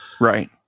right